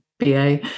BA